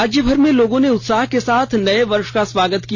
राज्यभर में लोगों ने उत्साह के साथ नए वर्ष का स्वागत किया